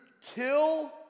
kill